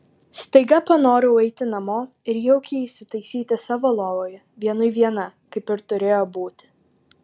staiga panorau eiti namo ir jaukiai įsitaisyti savo lovoje vienui viena kaip ir turėjo būti